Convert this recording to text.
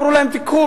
אמרו להם תיקחו,